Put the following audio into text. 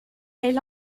elle